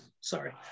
sorry